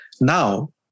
Now